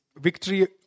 victory